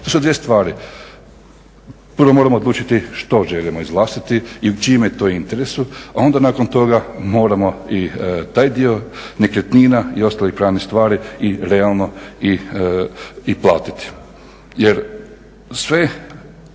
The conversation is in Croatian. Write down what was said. To su dvije stvari. Prvo moramo odlučiti što želimo izvlastiti i u čijem je to interesu, a onda nakon toga moramo i taj dio nekretnina i ostalih pravnih stvari i realno i platiti.